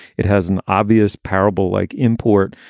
it has an obvious parable like import.